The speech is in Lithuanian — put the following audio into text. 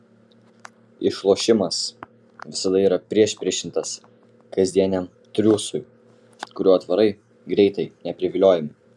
išlošimas visada yra priešpriešintinas kasdieniam triūsui kuriuo aitvarai greitai nepriviliojami